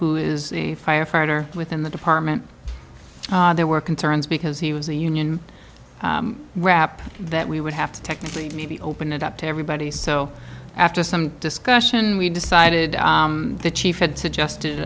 who is a firefighter within the department there were concerns because he was a union wrap that we would have to technically maybe open it up to everybody so after some discussion we decided the chief had to just